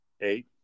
Eight